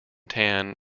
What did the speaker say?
tan